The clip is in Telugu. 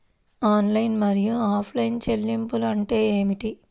ఆన్లైన్ మరియు ఆఫ్లైన్ చెల్లింపులు అంటే ఏమిటి?